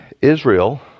Israel